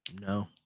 no